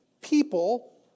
people